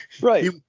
right